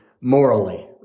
morally